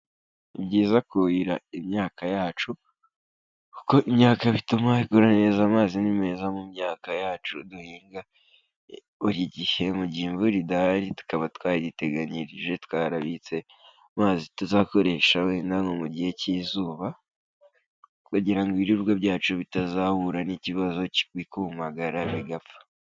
Ni byiza kuhira imyaka yacu, kuko imyaka bituma ikura neza, amazi ni meza mu myaka yacu duhinga buri gihe, mu gihe imvura idahari tukaba twariteganyirije, twarabitse amazi tuzakoresha wenda nko mu gihe cy'izuba, kugira ngo ibiribwa byacu bitazahura n'ikibazo bikumagara bigapfa.